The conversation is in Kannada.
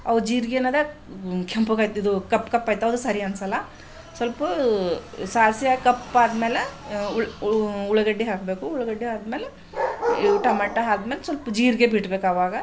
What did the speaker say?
ಅವು ಜೀರುಗೆ ಏನದ ಕೆಂಪಗಾ ಇದು ಕಪ್ಪು ಕಪ್ಪು ಆಯ್ತವೆ ಅದು ಸರಿ ಅನ್ಸೋಲ್ಲ ಸ್ವಲ್ಪ ಸಾಸಿವೆ ಹಾಕಿ ಕಪ್ಪು ಆದ್ಮೇಲೆ ಉಳ್ಳಾ ಉಳ್ಳಾಗಡ್ಡಿ ಹಾಕಬೇಕು ಉಳ್ಳಾಗಡ್ಡಿ ಹಾಕಿದ್ಮೇಲೆ ಟೊಮೆಟಾ ಹಾಕಿದ್ಮೇಲೆ ಸ್ವಲ್ಪ ಜೀರಿಗೆ ಬಿಡ್ಬೇಕವಾಗ